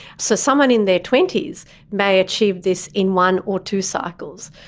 so someone in their twenty s may achieve this in one or two cycles.